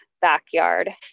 backyard